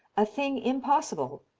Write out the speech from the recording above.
a thing impossible,